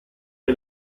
che